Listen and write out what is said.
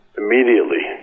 immediately